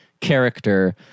character